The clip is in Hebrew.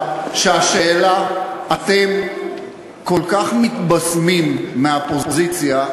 אתם כל כך מתבשמים מהפוזיציה,